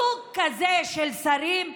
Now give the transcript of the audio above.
סוג כזה של שרים,